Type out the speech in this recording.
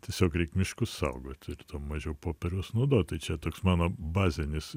tiesiog reik miškus saugot ir tuo mažiau popieriaus naudot tai čia toks mano bazinis